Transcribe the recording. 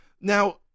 Now